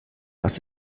dass